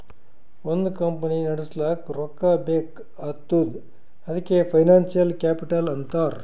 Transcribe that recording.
ಒಂದ್ ಕಂಪನಿ ನಡುಸ್ಲಾಕ್ ರೊಕ್ಕಾ ಬೇಕ್ ಆತ್ತುದ್ ಅದಕೆ ಫೈನಾನ್ಸಿಯಲ್ ಕ್ಯಾಪಿಟಲ್ ಅಂತಾರ್